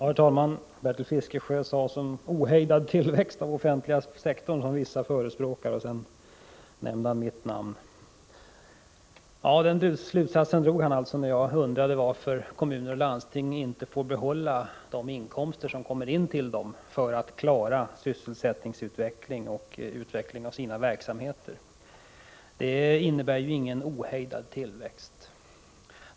Herr talman! Bertil Fiskesjö sade att vissa förespråkar en ohejdad tillväxt av den offentliga sektorn och nämnde sedan mitt namn. Den slutsatsen drog han alltså när jag undrade varför kommuner och landsting inte får behålla de inkomster som flyter in till dem, så att de kan klara sysselsättningen och en utveckling av sina verksamheter. Det innebär ingen ohejdad tillväxt.